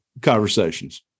conversations